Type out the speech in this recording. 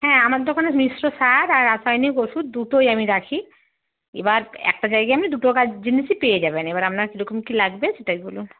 হ্যাঁ আমার দোকানে মিশ্র সার আর রাসায়নিক ওষুধ দুটোই আমি রাখি এবার একটা জায়গায় আপনি দুটো কাজ জিনিসই পেয়ে যাবেন এবার আপনার কীরকম কী লাগবে সেটাই বলুন